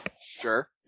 Sure